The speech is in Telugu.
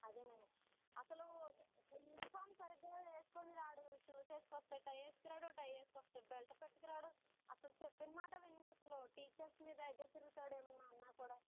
అదే అండి అసలు యూనిఫార్మ్ సరిగ్గా వేసుకుని రాడు షూస్ వేసుకుని వస్తే టై వేసుకుని రాడు టై వేసుకుని వస్తే బెల్టు పెట్టుకుని రాడు అసలు చెప్పిన మాట వినడు అసలు టీచర్స్ మీద ఎదురు తిరుగుతాడు ఏమైనా అన్నా కూడా